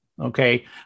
Okay